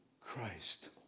Christ